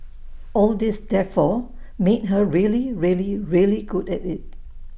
all this therefore made her really really really good at IT